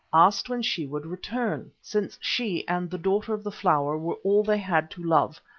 asked when she would return, since she and the daughter of the flower were all they had to love,